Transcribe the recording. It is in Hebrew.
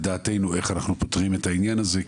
דעתנו איך אנחנו פותרים את העניין הזה.